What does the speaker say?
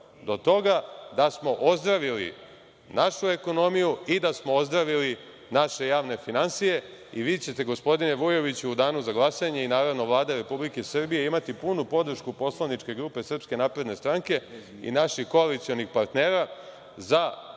do toga da smo ozdravili našu ekonomiju i da smo ozdravili naše javne finansije i vi ćete gospodine Vujoviću u danu za glasanje i, naravno, Vlada Republike Srbije imati punu podršku poslaničke grupe Srpske napredne stranke i naših koalicionih partnera za